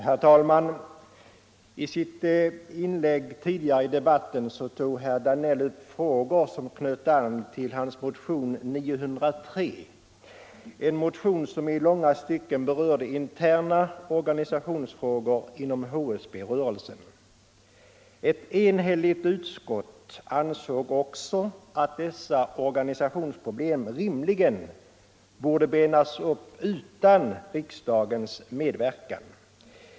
Herr talman! I sitt inlägg tidigare i debatten tog herr Danell upp frågor som knöt an till hans motion 903 —- en motion som i långa stycken berör interna organisationsfrågor inom HSB-rörelsen. Ett enhälligt utskott ansåg att dessa organisationsproblem rimligen borde benas upp utan riksdagens medverkan.